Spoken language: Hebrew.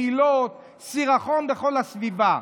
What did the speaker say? בחילות וסירחון בכל הסביבה.